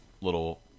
little